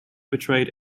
portrayed